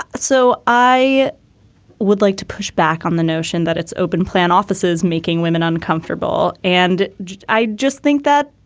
ah so i would like to push back on the notion that it's open plan offices making women uncomfortable. and i just think that,